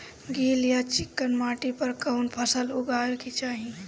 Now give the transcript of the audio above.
गील या चिकन माटी पर कउन फसल लगावे के चाही?